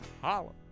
Holla